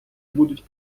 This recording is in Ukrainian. будуть